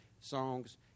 songs